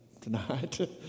tonight